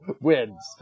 wins